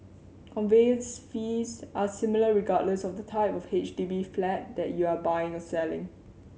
conveyance fees are similar regardless of the type of H D B flat that you are buying or selling